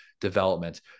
development